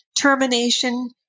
Termination